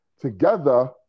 together